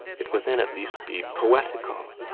it would then at least be poetical,